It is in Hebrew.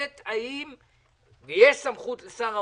יש סמכות לשר האוצר.